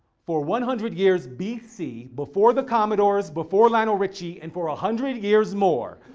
for one hundred years, bc before the commodores, before lionel richie, and for a hundred years more,